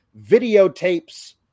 videotapes